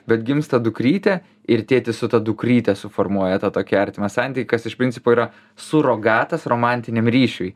bet gimsta dukrytė ir tėtis su ta dukryte suformuoja tokį artimą santykį kas iš principo yra surogatas romantiniam ryšiui